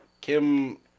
Kim